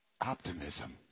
Optimism